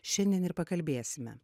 šiandien ir pakalbėsime